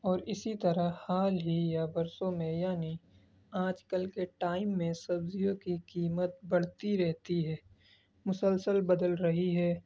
اور اسی طرح حال ہی یا برسوں میں یعنی آج کل کے ٹائم میں سبزیوں کی قیمت بڑھتی رہتی ہے مسلسل بدل رہی ہے